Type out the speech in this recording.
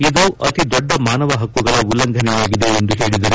ಇದು ಅತಿ ದೊಡ್ಡ ಮಾನವ ಹಕ್ಕುಗಳ ಉಲ್ಲಂಘನೆಯಾಗಿದೆ ಎಂದು ಹೇಳಿದರು